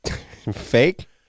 Fake